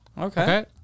Okay